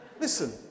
Listen